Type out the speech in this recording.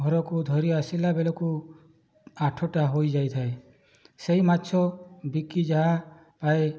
ଘରକୁ ଧରି ଆସିଲା ବେଳକୁ ଆଠଟା ହୋଇଯାଇଥାଏ ସେହି ମାଛ ବିକି ଯାହା ପାଏ